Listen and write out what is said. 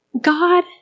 God